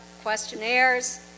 questionnaires